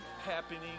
happening